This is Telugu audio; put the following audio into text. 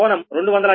0217 కోణం 229